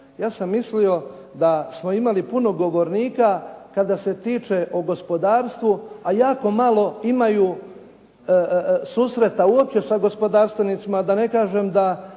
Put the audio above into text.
Ja sam mislio da smo imali puno govornika, kada se tiče o gospodarstvu, a jako malo imaju susreta uopće sa gospodarstvenicima da ne kažem da